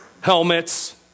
helmets